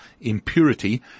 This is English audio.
impurity